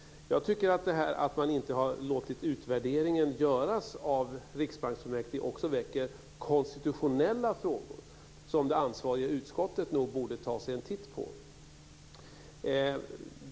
Jag tycker att detta att man inte har låtit utvärderingen göras av Riksbanksfullmäktige också väcker konstitutionella frågor som det ansvariga utskottet nog borde ta sig en titt på.